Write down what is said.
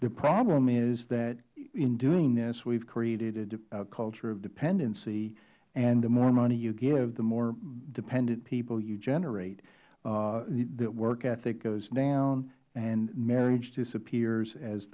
the problem is that in doing this we have created a culture of dependency and the more money you give the more dependent people you generate the work ethic goes down and marriage disappears as